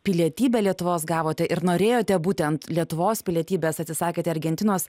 pilietybę lietuvos gavote ir norėjote būtent lietuvos pilietybės atsisakėte argentinos